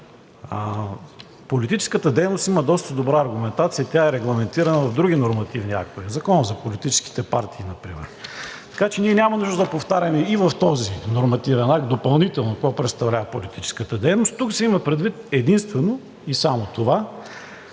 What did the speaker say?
политическата дейност има доста добра аргументация. Тя е регламентирана в други нормативни актове – Закона за политическите партии например. Така че ние няма нужда да повтаряме и в този нормативен акт допълнително какво представлява политическата дейност. Тук се има предвид единствено и само това,